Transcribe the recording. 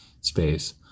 space